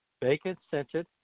bacon-scented